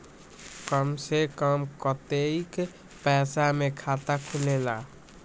कम से कम कतेइक पैसा में खाता खुलेला?